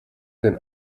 den